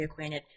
reacquainted